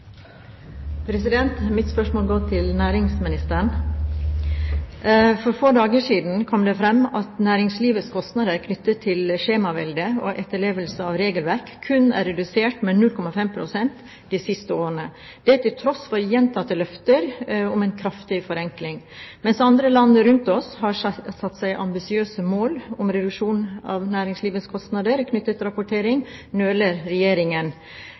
næringsministeren. For få dager siden kom det fram at næringslivets kostnader knyttet til skjemavelde og etterlevelse av regelverk kun er redusert med 0,5 pst. de siste årene, til tross for gjentatte løfter om en kraftig forenkling. Mens andre land rundt oss har satt seg ambisiøse mål om reduksjon av næringslivets kostnader knyttet til rapportering, nøler Regjeringen.